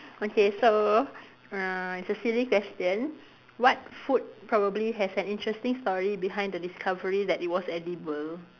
okay so uh it's a silly question what food probably has an interesting story behind the discovery that it was edible